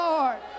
Lord